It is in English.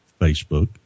Facebook